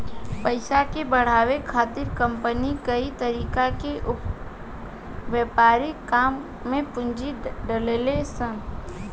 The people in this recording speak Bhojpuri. पइसा के बढ़ावे खातिर कंपनी कई तरीका के व्यापारिक काम में पूंजी डलेली सन